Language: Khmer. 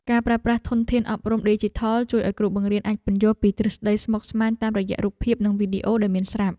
ការប្រើប្រាស់ធនធានអប់រំឌីជីថលជួយឱ្យគ្រូបង្រៀនអាចពន្យល់ពីទ្រឹស្តីស្មុគស្មាញតាមរយៈរូបភាពនិងវីដេអូដែលមានស្រាប់។